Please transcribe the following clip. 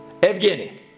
Evgeny